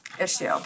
issue